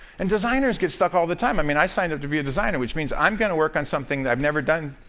and designers get stuck all the time. i mean i signed up to be a designer, which means i'm going to work on something i've never done,